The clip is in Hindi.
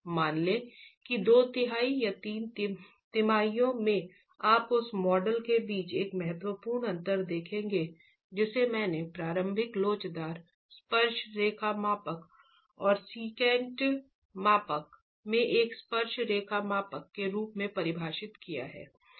मान लें कि दो तिहाई या तीन तिमाहियों में आप उस मॉडल के बीच एक महत्वपूर्ण अंतर देखेंगे जिसे मैंने प्रारंभिक लोचदार स्पर्श रेखा मापांक और सेकेंट मापांक में एक स्पर्श रेखा मापांक के रूप में परिभाषित किया है